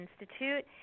Institute